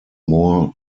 more